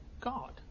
God